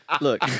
look